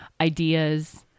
ideas